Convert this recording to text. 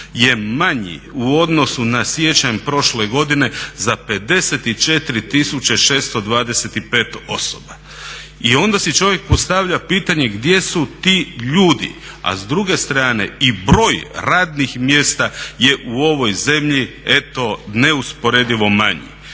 je manji u odnosu na siječanj prošle godine za 54 625 osoba. I onda si čovjek postavlja pitanje gdje su ti ljudi? A s druge strane i broj radnih mjesta je u ovoj zemlji eto neusporedivo manji.